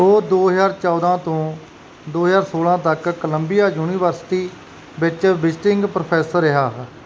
ਉਹ ਦੋ ਹਜ਼ਾਰ ਚੌਦ੍ਹਾਂ ਤੋਂ ਦੋ ਹਜ਼ਾਰ ਸੌਲ੍ਹਾਂ ਤੱਕ ਕੋਲੰਬੀਆ ਯੂਨੀਵਰਸਿਟੀ ਵਿੱਚ ਵਿਜ਼ਿਟਿੰਗ ਪ੍ਰੋਫੈਸਰ ਰਿਹਾ